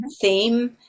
theme